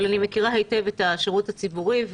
אבל אני מכירה היטב את השירות הציבורי,